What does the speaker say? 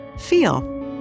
Feel